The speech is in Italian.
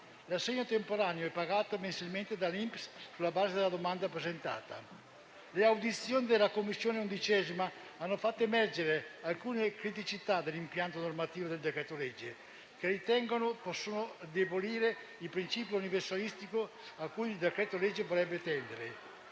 L'assegno temporaneo è pagato mensilmente dall'INPS sulla base della domanda presentata. Le audizioni dell'11a Commissione hanno fatto emergere alcune criticità dell'impianto normativo del decreto-legge, che ritengo possano indebolire il principio universalistico a cui il decreto-legge vorrebbe tendere: